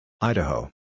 Idaho